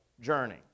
journey